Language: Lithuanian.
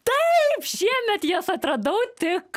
taip šiemet jas atradau tik